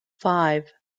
five